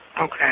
Okay